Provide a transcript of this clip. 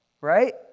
right